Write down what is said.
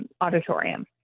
auditorium